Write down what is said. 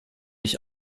ich